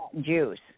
Juice